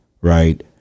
Right